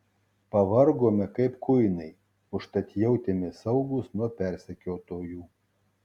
pavargome kaip kuinai užtat jautėmės saugūs nuo persekiotojų